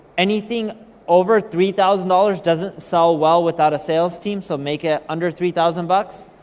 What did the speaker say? anything over three thousand dollars doesn't sell well without a sales team, so make it under three thousand bucks.